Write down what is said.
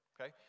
okay